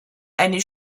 eine